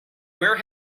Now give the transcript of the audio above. where